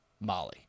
Molly